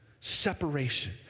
Separation